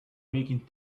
making